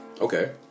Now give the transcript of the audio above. Okay